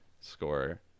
score